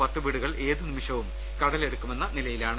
പത്തു വീടുകൾ ഏത് നിമിഷവും കടൽ എടുക്കുമെന്ന നിലയിലാണ്